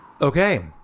Okay